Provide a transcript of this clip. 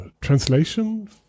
translation